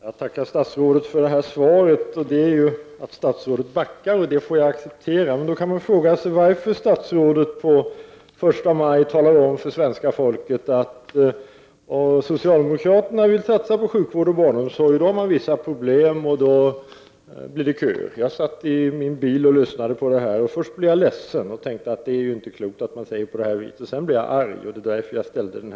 Herr talman! Jag tackar statsrådet för svaret, som går ut på att statsrådet backar, vilket jag får acceptera. Men man kan fråga sig varför statsrådet på första maj talar om för svenska folket att när socialdemokraterna vill satsa på sjukvård och barnomsorg har man vissa problem och då blir det köer. Jag satt i min bil och lyssnade till Ingela Thalén. Först blev jag ledsen och tänkte att det inte var klokt att säga på det här viset. Sedan blev jag arg, och det var därför som jag ställde frågan.